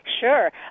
Sure